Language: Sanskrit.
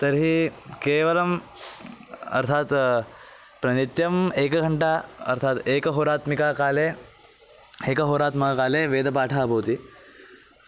तर्हि केवलम् अर्थात् प्र नित्यम् एकघण्टा अर्थात् एकहोरात्मककाले एकहोरात्मककाले वेदपाठः भवति